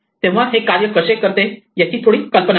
तेव्हा हे कसे कार्य करते याची थोडी कल्पना येते